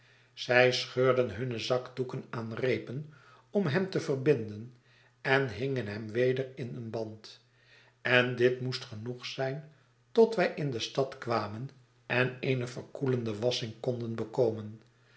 zij scheurden hunrieajkdoekenaanreepen om hem te verbinden en hingen hem weder in een band en dit moest genoeg zijn tot wij in de stad kwamen en eene verkoelende wassching konden bekomen